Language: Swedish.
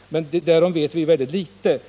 — men därom vet vi väldigt litet.